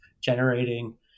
generating